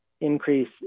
increase